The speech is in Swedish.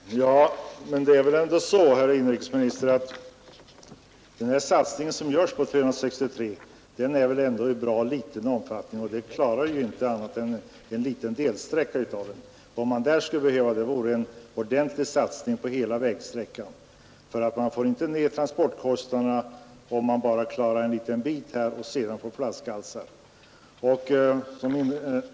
Herr talman! Det är väl ändå så, herr inrikesminister, att den satsning som görs på väg 363 endast är av ganska liten omfattning. Med den klarar man bara en liten delsträcka av vägen. Nej, vad man där skulle göra vore 29 att satsa ordenligt på hela vägsträckan. Man får inte ned transportkostnaderna bara genom att göra en bit av vägen klar, ty då får man besvärliga flaskhalsar.